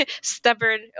stubborn